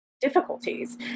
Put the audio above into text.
difficulties